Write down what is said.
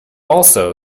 also